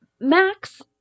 Max